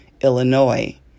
Illinois